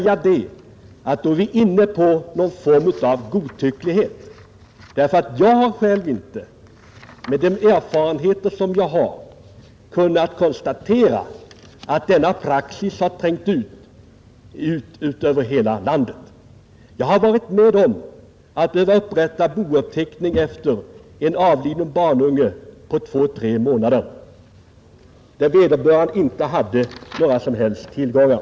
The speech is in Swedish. Men då vill jag säga att man är inne på någon form av godtycklighet. Jag har själv inte, med de erfarenheter jag har, kunnat konstatera att denna praxis har trängt ut över hela landet. Jag har varit med om att behöva upprätta bouppteckning efter ett avlidet barn som inte var äldre än två månader, trots att vederbörande inte hade några som helst tillgångar.